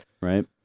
right